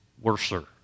worser